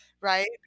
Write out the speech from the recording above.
right